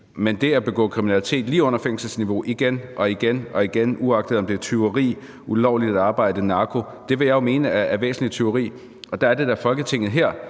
Men det at begå kriminalitet lige under fængselsniveau igen og igen, uagtet om det er tyveri, ulovligt arbejde eller narko, vil jeg jo mene er væsentligt, og her er det da, at Folketinget